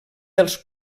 dels